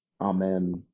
Amen